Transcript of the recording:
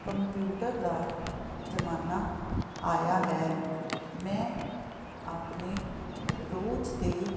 computer ਦਾ ਜ਼ਮਾਨਾ ਆਇਆ ਹੈ ਮੈਂ ਆਪਣੇ ਰੋਜ਼ ਦੇ